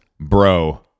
bro